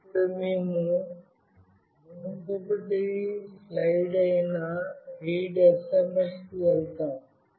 ఇప్పుడు మేము మునుపటి స్లైడ్ అయిన readsms కి వెళ్తాము